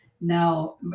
now